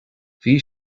bhí